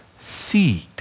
seed